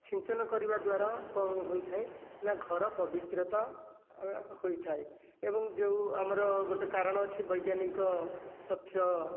ସିଞ୍ଚନ କରିବା ଦ୍ଵାରା କ'ଣ ହୋଇଥାଏ ନା ଘର ପବିତ୍ରତା ହୋଇଥାଏ ଏବଂ ଯେଉଁ ଆମର ଗୋଟିଏ କାରଣ ଅଛି ବୈଜ୍ଞାନିକ ତଥ୍ୟ